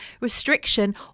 restriction